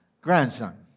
grandson